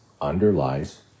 underlies